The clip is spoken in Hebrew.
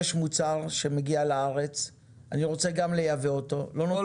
יש מוצר שמגיע לארץ ואני רוצה לייבא אותו ולא נותנים.